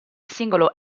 singolo